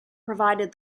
provided